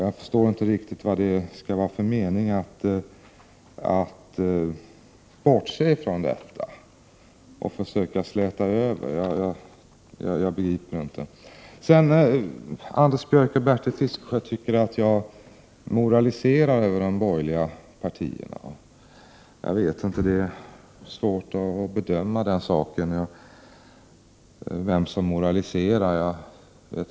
Jag förstår inte riktigt meningen med att bortse från detta och att försöka släta över det hela. Anders Björck och Bertil Fiskesjö tycker att jag moraliserar över de borgerliga partierna. Ja, det är svårt att bedöma den saken. Jag vet inte vem det är som moraliserar.